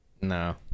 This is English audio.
no